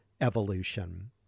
evolution